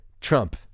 Trump